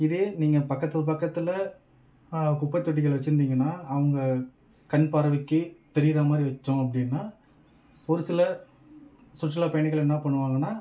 இதே நீங்கள் பக்கத்தில் பக்கத்தில் குப்பைத்தொட்டிகள் வச்சுருந்திங்கன்னா அவங்க கண் பார்வைக்கு தெரிகிற மாதிரி வைச்சோம் அப்படின்னா ஒரு சில சுற்றுலாப் பயணிகள் என்ன பண்ணுவாங்கன்னால்